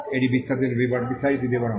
এটি বিস্তারিত বিবরণ